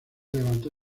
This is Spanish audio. levantó